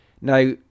Now